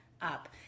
up